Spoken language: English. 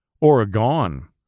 Oregon